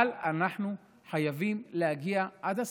אבל אנחנו חייבים להגיע עד הסוף.